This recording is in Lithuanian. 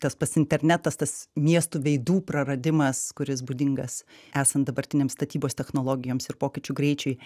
tas pats internetas tas miestų veidų praradimas kuris būdingas esant dabartinėm statybos technologijoms ir pokyčių greičiui